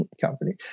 company